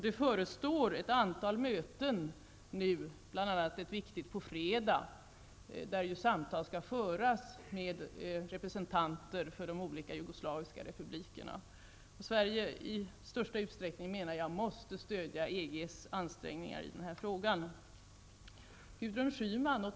Det förestår nu ett antal möten, bl.a. ett viktigt på fredag, där samtal skall föras med representanter för de olika jugoslaviska republikerna. Jag menar att Sverige i största möjliga utsträckning måste stödja EGs ansträngningar i den här frågan.